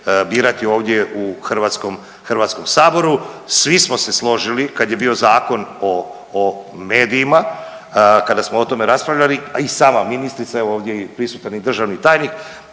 birati ovdje u HS-u. Svi smo se složili kad je bio Zakon o medijima, kada smo o tome raspravljali, a i sama ministrica, ovdje evo ovdje i prisutan i državni tajnik